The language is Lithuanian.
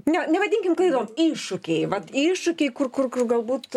ne nevadinkim klaidom iššūkiai vat iššūkiai kur kur kur galbūt